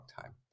time